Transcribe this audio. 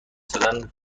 زدن